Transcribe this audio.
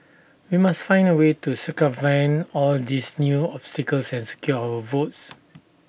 we must find A way to circumvent all these new obstacles and secure our votes